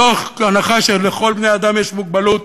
מתוך הנחה שלכל בני-האדם יש מוגבלות,